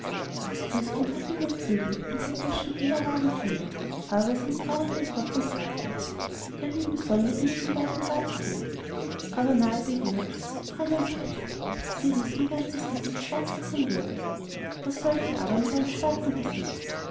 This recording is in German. das christkind hatte wohl flügel und hätte es schon eher wagen können aber es hing traurig den kopf und sagte der lieben sonne bin ich von weitem gar zu gut aber nahe bei ihr ist es so brennend heiß daß gewiß mein ganzes gesicht schwarz davon würde was soll ich aber mit einem schwarzen gesicht